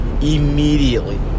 immediately